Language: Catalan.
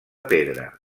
pedra